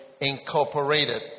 Incorporated